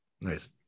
Nice